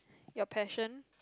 your passion